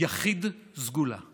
יחיד סגולה באמת,